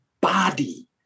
body